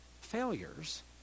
failures